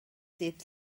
dydd